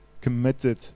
committed